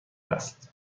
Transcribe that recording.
است